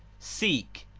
seek,